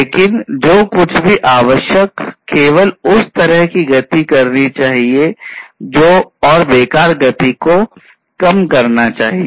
लेकिन जो कुछ भी आवश्यक केवल उस तरह की गति करनी चाहिए और बेकार की गति कम करनी चाहिए